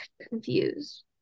confused